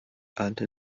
alte